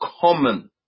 common